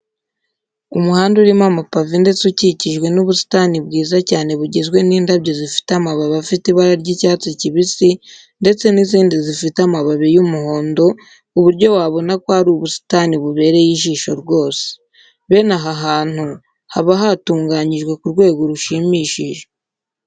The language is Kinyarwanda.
Umuhanda urimo amapave ndetse ukikijwe n'ubusitani bwiza cyane bugizwe n'indabyo zifite amababi afite ibara ry'icyatsi kibisi, ndetse n'izindi zifite amababi y'umuhondo ku buryo wabona ko ari ubusitani bubereye ijisho rwose. Bene aha hantu haba hatunganyije ku rwego rushimishije.